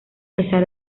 pesar